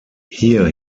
here